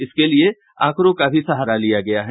इसके लिये आंकड़ों का भी सहारा लिया गया है